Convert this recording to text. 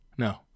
No